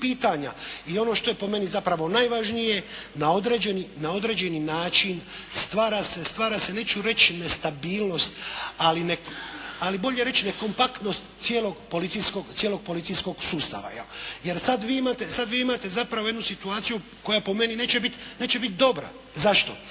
i ono što je po meni zapravo najvažnije, na određeni način stvara se neću reći nestabilnost, ali bolje reći nekompaktnost cijelog policijskog sustava. Jer sada vi imate zapravo jednu situaciju koja po meni neće biti dobra. Zašto?